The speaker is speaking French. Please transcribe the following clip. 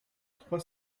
trois